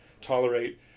tolerate